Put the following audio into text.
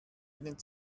ihnen